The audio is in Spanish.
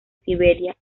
siberia